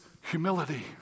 humility